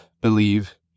believe